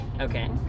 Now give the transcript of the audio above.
Okay